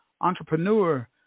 entrepreneur